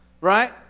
right